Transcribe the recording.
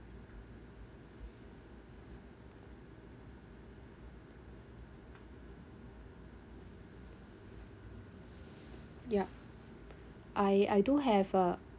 yup I I do have a